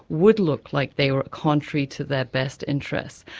would look like they were contrary to their best interests,